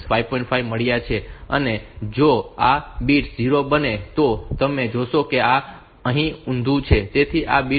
5 મળ્યા છે અને જો આ બિટ્સ 0 બને તો તમે જોશો કે આ અહીં ઊંધુ છે તેથી આ બીટ છે